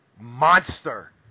monster